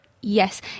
yes